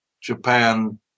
Japan